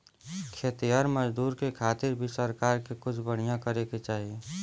खेतिहर मजदूर के खातिर भी सरकार के कुछ बढ़िया करे के चाही